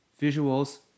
Visuals